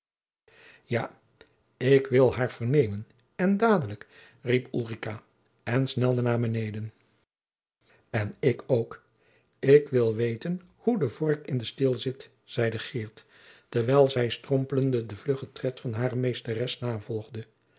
ja ik wil haar vernemen en dadelijk riep ulrica en snelde naar beneden en ik ook ik wil weten hoe de vork in den steel zit zeide geert terwijl zij strompelende den vluggen tred van hare meesteres navolgde